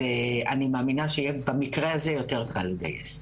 אז אני מאמינה שבמקרה הזה יהיה יותר קל לגייס.